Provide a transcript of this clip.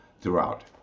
throughout